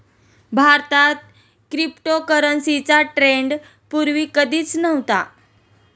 भारतात क्रिप्टोकरन्सीचा ट्रेंड पूर्वी कधीच नव्हता